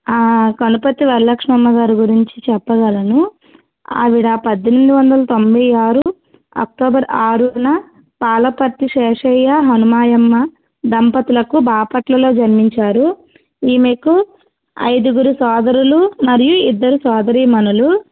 కనుపర్తి వరలక్ష్మమ్మ గారు గురించి చెప్పగలను ఆవిడ పద్దెనిమిది వందల తొంభై ఆరు అక్టోబర్ ఆరూన పాలపర్తి శేషయ్య హనుమాయమ్మ దంపతులకు బాపట్లలో జన్మించారు ఈమెకు ఐదుగురు సోదరులు మరియు ఇద్దరు సోదరీమణులు